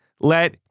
let